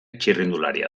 txirrindularia